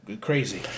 crazy